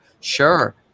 Sure